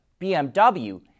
BMW